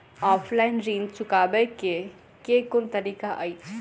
Offline ऋण चुकाबै केँ केँ कुन तरीका अछि?